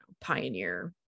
pioneer